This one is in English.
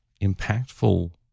impactful